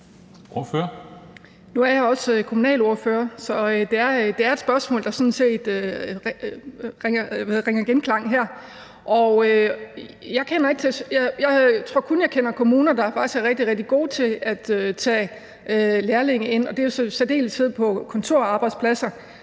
Nu er jeg også kommunalordfører, så det er et spørgsmål, der sådan set vækker genklang her. Og jeg tror faktisk, at jeg kun kender kommuner, som er rigtig, rigtig gode til at tage lærlinge ind, og det er i særdeleshed kontorarbejdspladser,